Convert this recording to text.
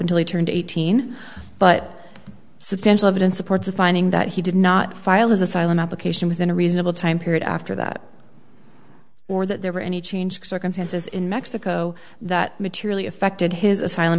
until he turned eighteen but substantial evidence supports a finding that he did not file as asylum application within a reasonable time period after that or that there were any changed circumstances in mexico that materially affected his asylum